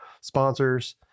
sponsors